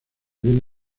bien